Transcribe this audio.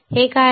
हे काय आहे